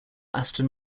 aston